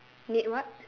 need what